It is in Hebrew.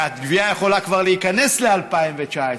והגבייה יכולה כבר להיכנס ל-2019,